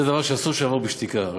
זה דבר שאסור שיעבור בשתיקה.